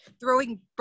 throwing